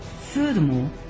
Furthermore